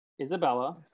Isabella